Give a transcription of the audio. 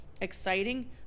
exciting